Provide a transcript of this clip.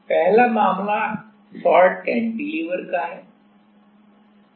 पहला मामला short cantilever का है